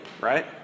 right